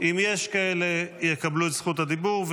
אם יש כאלה, יקבלו את זכות הדיבור.